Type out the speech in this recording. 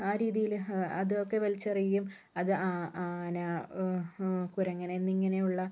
ആ രീതിയില് അതൊക്കെ വലിച്ചെറിയുകയും അത് ആന കുരങ്ങൻ എന്നിങ്ങനെയുള്ള